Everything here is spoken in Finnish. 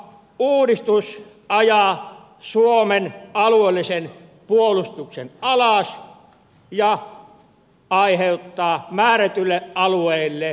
puolustusvoimauudistus ajaa suomen alueellisen puolustuksen alas ja aiheuttaa määrätyille alueille turvallisuusvajeen